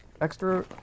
extra